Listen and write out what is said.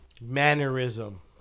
Mannerism